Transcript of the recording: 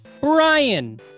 Brian